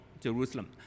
Jerusalem